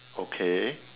okay